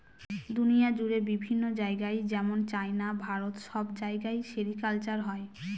দুনিয়া জুড়ে বিভিন্ন জায়গায় যেমন চাইনা, ভারত সব জায়গায় সেরিকালচার হয়